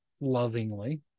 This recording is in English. lovingly